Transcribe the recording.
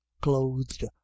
clothed